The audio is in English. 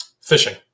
fishing